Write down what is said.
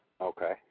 Okay